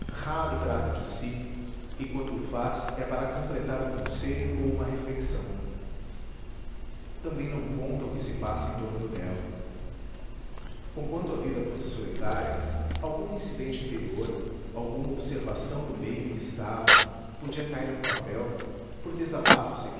raro trata de si e quando o faz é para completar um conselho ou uma reflexão também não conta o que se passa em torno dela conquanto a vida fosse solitária algum incidente interior alguma observação do meio em que estava podia cair no papel por desabafo